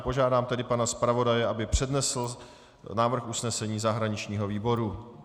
Požádám tedy pana zpravodaje, aby přednesl návrh usnesení zahraničního výboru.